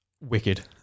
wicked